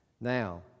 Now